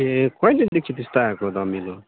ए कहिँलेदेखि त्यस्तो आएको धमिलो